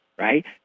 Right